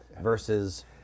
versus